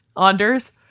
Anders